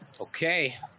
Okay